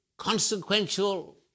consequential